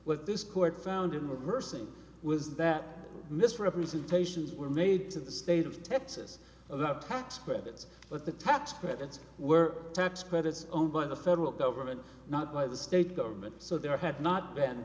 what this court found in the person was that misrepresentations were made to the state of texas about tax credits but the tax credits were tax credits owned by the federal government not by the state government so there had not been